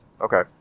Okay